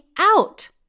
out